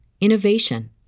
innovation